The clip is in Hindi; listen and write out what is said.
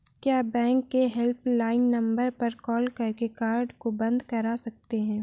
क्या बैंक के हेल्पलाइन नंबर पर कॉल करके कार्ड को बंद करा सकते हैं?